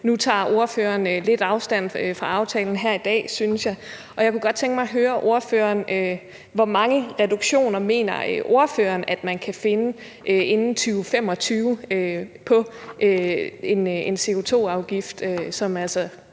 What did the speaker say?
Nu tager ordføreren lidt afstand fra aftalen her i dag, synes jeg, og jeg kunne godt tænke mig høre ordføreren, hvor mange reduktioner ordføreren mener man kan finde inden 2025 på en CO2-afgift, som jeg